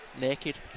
Naked